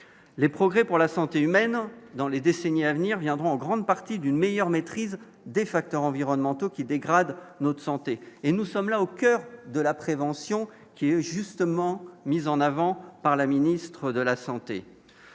les progrès pour la santé humaine dans les décennies à venir viendront en grande partie d'une meilleure maîtrise des facteurs environnementaux qui dégradent notre santé et nous sommes là au coeur de la prévention qui est justement mise en avant par la ministre de la Santé,